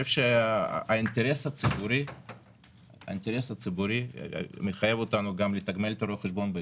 אני חושב שהאינטרס הציבורי מחייב אותנו גם לתגמל את רואי החשבון בהתאם,